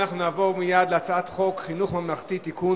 אנחנו נעבור מייד להצעת חוק חינוך ממלכתי (תיקון,